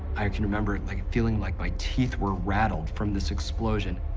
i can remember like feeling like my teeth were rattled from this explosion,